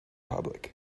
public